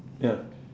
ya